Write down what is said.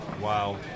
Wow